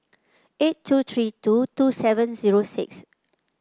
eight two three two two seven zero six